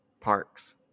parks